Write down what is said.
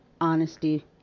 honesty